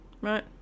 right